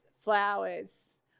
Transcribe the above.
flowers